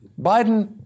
Biden